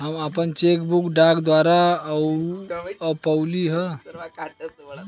हम आपन cheque book डाक द्वारा पउली है